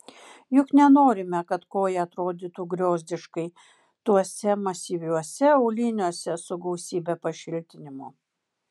juk nenorime kad koja atrodytų griozdiškai tuose masyviuose auliniuose su gausybe pašiltinimų